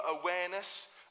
awareness